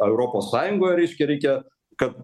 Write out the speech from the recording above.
europos sąjungoje reiškia reikia kad